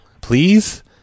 please